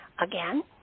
again